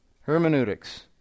Hermeneutics